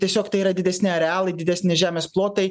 tiesiog tai yra didesni arealai didesni žemės plotai